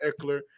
Eckler